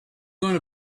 going